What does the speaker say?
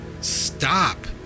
stop